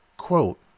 Quote